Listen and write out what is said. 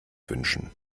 wünschen